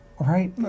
Right